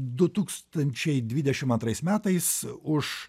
du tūkstančiai dvidešimt antrais metais už